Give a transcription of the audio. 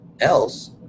else